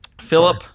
Philip